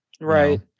Right